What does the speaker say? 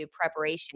preparation